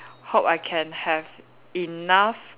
hope I can have enough